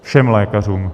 Všem lékařům.